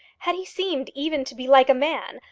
had he seemed even to be like a man,